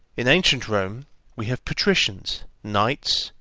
in ancient rome we have patricians, knights,